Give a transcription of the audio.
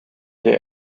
der